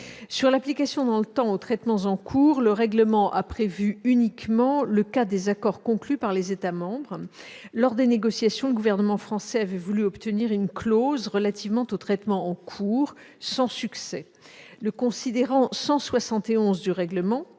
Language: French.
Sur l'application dans le temps aux traitements en cours, le règlement a prévu uniquement le cas des accords conclus par les États membres. Lors des négociations, le gouvernement français avait voulu obtenir une clause relativement aux traitements en cours, sans succès. Le considérant 171 du règlement